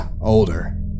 older